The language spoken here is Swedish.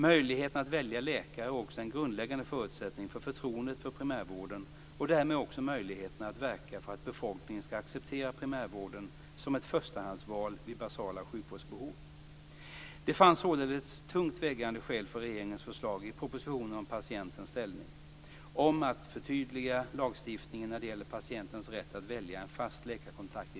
Möjligheten att välja läkare är också en grundläggande förutsättning för förtroendet för primärvården och därmed också möjligheterna att verka för att befolkningen skall acceptera primärvården som ett förstahandsval vid basala sjukvårdsbehov. Det fanns således tungt vägande skäl för regeringens förslag i propositionen Patientens ställning (prop.